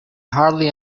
hardly